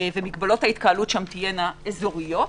ומגבלות ההתקהלות שם תהיינה אזוריות.